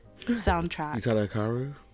soundtrack